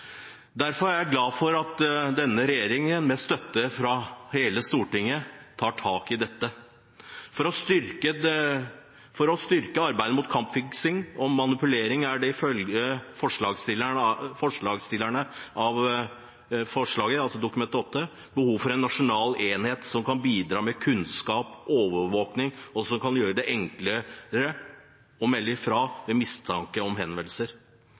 Derfor er jeg glad for at denne regjeringen, med støtte fra hele Stortinget, tar tak i dette. For å styrke arbeidet mot kampfiksing og manipulering er det ifølge forslagsstillerne behov for en nasjonal enhet som kan bidra med kunnskap og overvåking, og som kan gjøre det enkelt å melde fra ved mistanker og henvendelser.